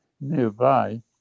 nearby